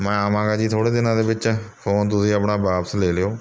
ਮੈਂ ਆਵਾਂਗਾ ਜੀ ਥੋੜ੍ਹੇ ਦਿਨਾਂ ਦੇ ਵਿੱਚ ਫੋਨ ਤੁਸੀਂ ਆਪਣਾ ਵਾਪਸ ਲੈ ਲਿਓ